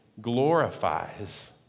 glorifies